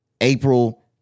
April